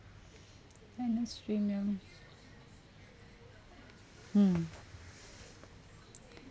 sadness screen mm